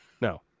No